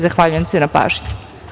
Zahvaljujem se na pažnji.